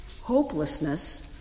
Hopelessness